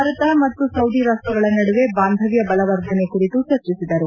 ಭಾರತ ಮತ್ತು ಸೌದಿ ರಾಷ್ಟಗಳ ನಡುವೆ ಬಾಂಧವ್ದ ಬಲವರ್ಧನೆ ಕುರಿತು ಚರ್ಚಿಸಿದರು